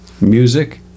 music